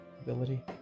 ability